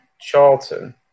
Charlton